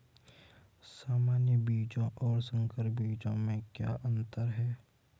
सामान्य बीजों और संकर बीजों में क्या अंतर है?